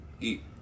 eat